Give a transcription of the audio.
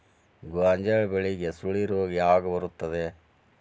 ಗೋಂಜಾಳ ಬೆಳೆಗೆ ಸುಳಿ ರೋಗ ಯಾವಾಗ ಬರುತ್ತದೆ?